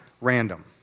random